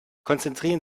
konzentrieren